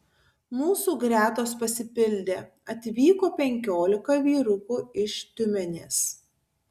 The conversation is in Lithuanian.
mūsų gretos pasipildė atvyko penkiolika vyrukų iš tiumenės